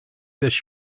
this